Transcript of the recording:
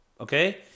okay